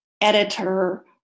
editor